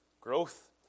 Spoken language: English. growth